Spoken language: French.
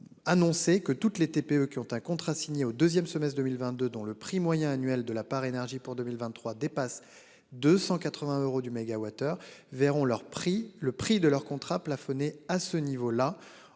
Annoncé que toutes les TPE qui ont un contrat signé au 2ème semestres 2022 dont le prix moyen annuel de la part énergie pour 2023 dépasse 280 euros du MWh verront leur prix, le prix de leur contrat plafonné à ce niveau-là.